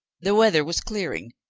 the weather was clearing,